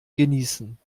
genießen